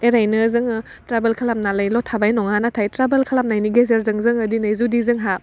एरैनो जोङो ट्राभोल खालामनालैल थाबायल' नङा नाथाय ट्राभोल खालामनायनि गेजेरजों जोङो दिनै जुदि जोंहा